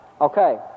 Okay